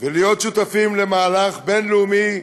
ולהיות שותפים למהלך בין-לאומי,